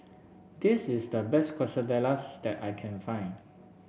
this is the best Quesadillas that I can find